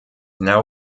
now